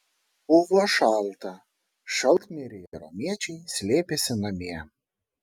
buvo šalta šaltmiriai romiečiai slėpėsi namie